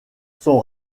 son